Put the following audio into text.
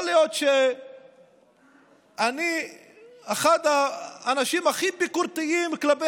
יכול להיות שאני אחד האנשים הכי ביקורתיים כלפי